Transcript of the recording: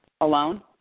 alone